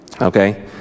Okay